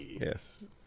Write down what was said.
yes